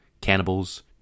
Cannibals